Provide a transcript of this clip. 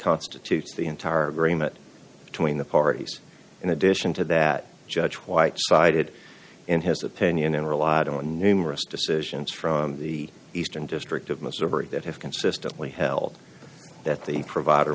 constitutes the entire agreement between the parties in addition to that judge white sided in his opinion and relied on numerous decisions from the eastern district of missouri that have consistently held that the provider